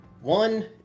One